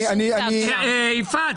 אי אפשר.